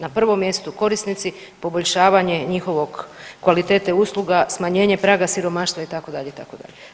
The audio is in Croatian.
Na prvom mjeru korisnici, poboljšavanje njihovog, kvalitete usluga, smanjenje praga siromaštva, itd., itd.